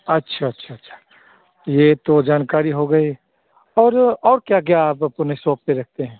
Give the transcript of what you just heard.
अच्छा अच्छा अच्छा यह तो जानकारी हो गई और और क्या क्या आप आपने शॉप पर रखते हैं